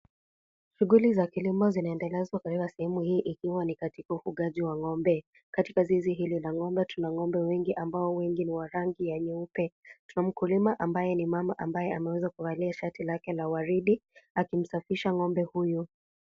Shughui za kilimo zinaendelezwa katika sehemu hii ikiwa ni katika ufugaji wa ng'ombe. Katika zizi hili la ng'ombe tuna ng'ombe wengi ambao wengi ni wa rangi ya nyeupe. Tuna mkulima ambaye ni mama ambaye ameweza kuvalia shati lake la waridi akimsafisha ng'ombe huyu.